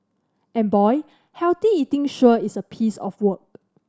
and boy healthy eating sure is a piece of work